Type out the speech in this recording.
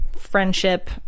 friendship